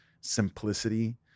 simplicity